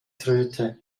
tröte